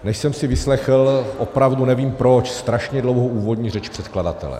Než jsem si vyslechl, opravdu nevím proč, strašně dlouhou úvodní řeč předkladatele.